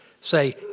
say